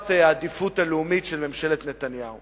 מפת אזורי העדיפות הלאומית של ממשלת נתניהו.